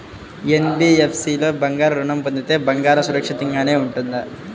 NBFC లో బంగారు ఋణం పొందితే బంగారం సురక్షితంగానే ఉంటుందా?